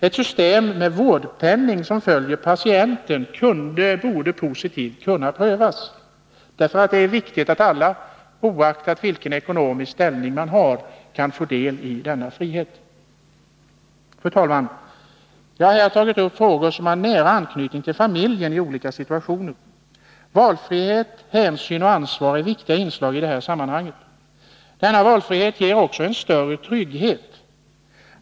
Ett system med vårdpenning, som följer patienten, borde kunna positivt prövas, eftersom det är viktigt att alla, oaktat vilken ekonomisk ställning man har, får frihet att välja. Fru talman! Jag har här tagit upp frågor som har nära anknytning till familjen i olika situationer. Valfrihet, hänsyn och ansvar är viktiga inslag i detta sammanhang. Valfrihet ger också en större trygghet.